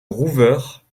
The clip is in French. rouveure